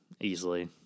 easily